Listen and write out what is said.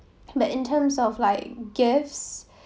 but in terms of like gifts